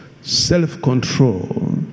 Self-control